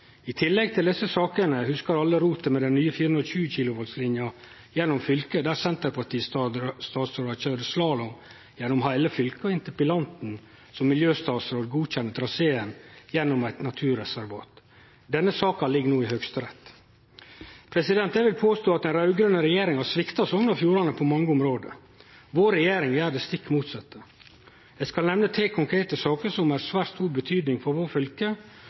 I tillegg til desse sakene hugsar alle rotet med den nye 420 kW-linja gjennom fylket, der senterpartistatsråden køyrde slalåm gjennom heile fylket og interpellanten som miljøstatsråd godkjende traseen gjennom eit naturreservat. Denne saka ligg no i Høgsterett. Eg vil påstå at den raud-grøne regjeringa svikta Sogn og Fjordane på mange område. Vår regjering gjer det stikk motsette. Eg skal nemne tre konkrete saker som har svært stor betyding for vårt fylke,